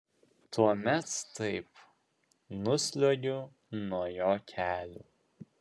tuomet taip nusliuogiu nuo jo kelių